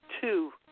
two